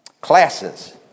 classes